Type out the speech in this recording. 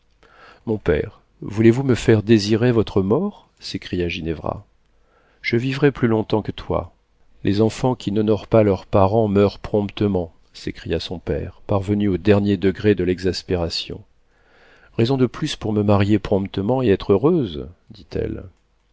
mon père voulez-vous me faire désirer votre mort s'écria ginevra je vivrai plus long-temps que toi les enfants qui n'honorent pas leurs parents meurent promptement s'écria son père parvenu au dernier degré de l'exaspération raison de plus pour me marier promptement et être heureuse dit-elle